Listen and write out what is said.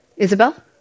Isabel